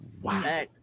Wow